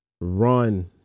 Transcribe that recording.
run